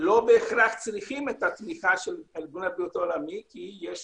שלא בהכרח צריכות את התמיכה של ארגון הבריאות העולמי כי יש